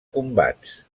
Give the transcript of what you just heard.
combats